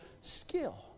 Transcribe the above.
skill